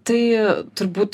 tai turbūt